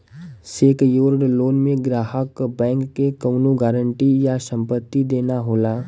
secured loan में ग्राहक क बैंक के कउनो गारंटी या संपत्ति देना होला